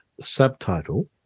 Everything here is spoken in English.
subtitle